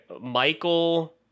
Michael